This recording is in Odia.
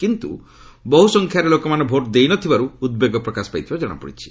କିନ୍ତୁ ବହୁ ସଂଖ୍ୟାରେ ଲୋକମାନେ ଭୋଟ୍ ଦେଇ ନ ଥିବାରୁ ଉଦ୍ବେଗ ପ୍ରକାଶ ପାଇଥିବା ଜଣାପଡ଼ିଛି